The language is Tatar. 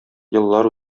еллар